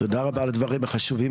תודה רבה על הדברים החשובים.